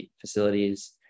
facilities